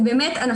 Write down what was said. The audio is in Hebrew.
באמת,